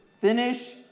finish